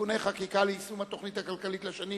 (תיקוני חקיקה ליישום התוכנית הכלכלית לשנים